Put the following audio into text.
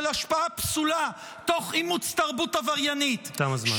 השפעה פסולה תוך אימוץ תרבות עבריינית -- תם הזמן.